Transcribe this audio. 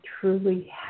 truly